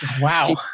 Wow